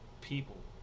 people